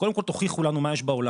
אמרנו קודם כל תוכיחו לנו מה יש בעולם.